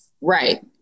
Right